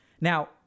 Now